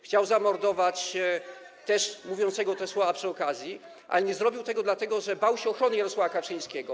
chciał zamordować też mówiącego te słowa przy okazji, ale nie zrobił tego, dlatego że bał się ochrony Jarosława Kaczyńskiego.